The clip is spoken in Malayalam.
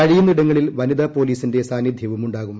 കഴിയുന്നിടങ്ങളിൽ വനിതാ പോലീസിന്റെ സാന്നിധൃവുമുണ്ടാകും